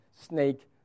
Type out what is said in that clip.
snake